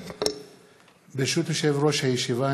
ברשות יושב-ראש הישיבה,